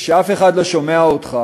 וכשאף אחד לא שומע אותך,